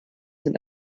sind